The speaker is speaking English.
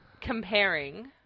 comparing